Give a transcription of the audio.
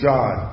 God